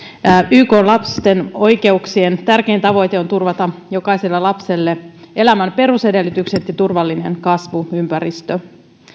ykn lasten oikeuksien tärkein tavoite on turvata jokaiselle lapselle elämän perusedellytykset ja turvallinen kasvuympäristö